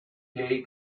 gay